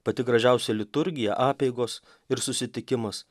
pati gražiausia liturgija apeigos ir susitikimas